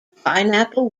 pineapple